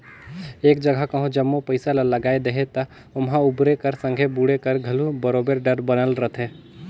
एक जगहा कहों जम्मो पइसा ल लगाए देहे ता ओम्हां उबरे कर संघे बुड़े कर घलो बरोबेर डर बनल रहथे